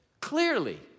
clearly